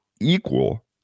equal